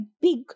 big